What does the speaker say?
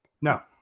no